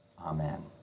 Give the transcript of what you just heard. Amen